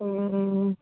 മ്മ് മ്മ്